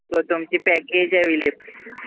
so तुमची package available